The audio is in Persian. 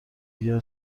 اگر